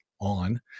on